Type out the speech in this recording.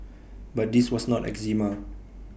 but this was not eczema